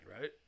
right